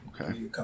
Okay